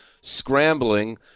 scrambling